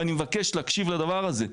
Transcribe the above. ואני מבקש להקשיב לדבר הזה.